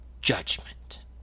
judgment